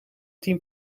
tien